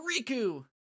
Riku